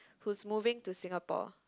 who's moving to Singapore